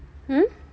hmm